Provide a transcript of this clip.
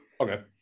Okay